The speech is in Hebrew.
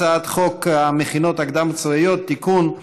הצעת חוק המכינות הקדם צבאיות (תיקון)